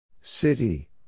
City